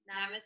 Namaste